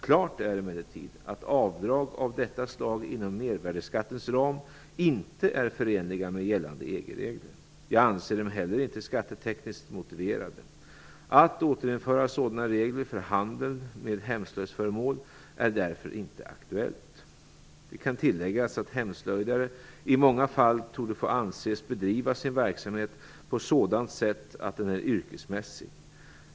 Klart är emellertid att avdrag av detta slag inom mervärdesskattens ram inte är förenliga med gällande EG-regler. Jag anser dem heller inte skattetekniskt motiverade. Att återinföra sådana regler för handeln med hemslöjdsföremål är därför inte aktuellt. Det kan tilläggas att hemslöjdare i många fall torde få anses bedriva sin verksamhet på sådant sätt att den är yrkesmässig.